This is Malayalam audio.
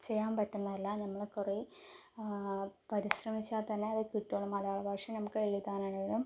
ചെയ്യാൻ പറ്റുന്നതല്ല നമ്മള് കുറെ പരിശ്രമിച്ചാൽ തന്നെ അത് കിട്ടണം മലയാള ഭാഷ നമുക്ക് എഴുതാനാണെങ്കിലും